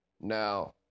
Now